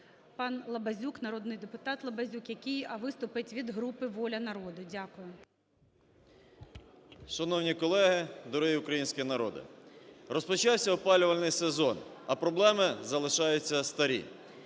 пан Лабазюк, народний депутат Лабазюк, який виступить від групи "Воля народу". Дякую. 13:01:18 ЛАБАЗЮК С.П. Шановні колеги, дорогий український народе! Розпочався опалювальний сезон, а проблеми залишаються старі.